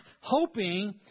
hoping